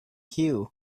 cue